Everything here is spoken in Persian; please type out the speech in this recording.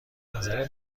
نظرت